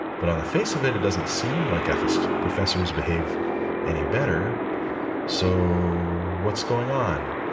but on the face of it, it doesn't seem like ethics professors behave any better so what's going on?